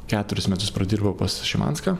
keturis metus pradirbau pas šimanską